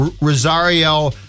Rosario